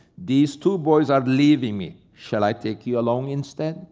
these two boys are leaving me. shall i take you along instead